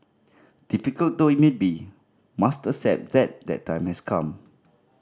difficult though it may be must accept that that time has come